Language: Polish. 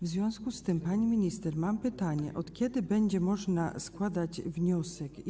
W związku z tym, pani minister, mam pytania: Od kiedy i gdzie będzie można składać wnioski?